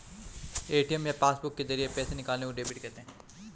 ATM या passbook के जरिये पैसे निकालने को डेबिट कहते हैं